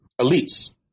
elites